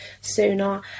sooner